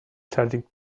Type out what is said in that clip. charging